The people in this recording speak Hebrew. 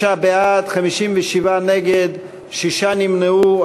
36 בעד, 57 נגד, שישה נמנעו.